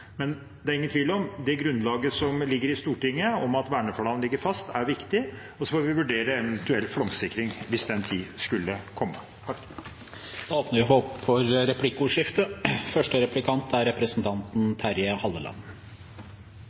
Det er ingen tvil om at det grunnlaget som ligger i Stortinget om at verneplanen ligger fast, er viktig, og så får vi vurdere eventuell flomsikring hvis den tid skulle komme.